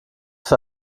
für